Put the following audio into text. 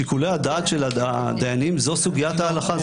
שיקולי הדעת של הדיינים זו סוגיית ההלכה.